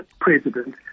President